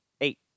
eight